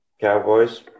Cowboys